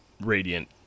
Radiant